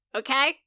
okay